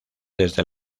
desde